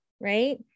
right